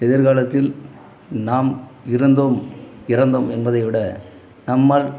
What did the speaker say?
எதிர்காலத்தில் நாம் இருந்தோம் இறந்தோம் என்பதை விட நம்மால்